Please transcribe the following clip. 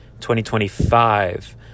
2025